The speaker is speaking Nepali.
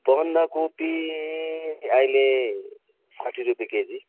बन्दकोपी अहिले साठी रुपियाँ केजी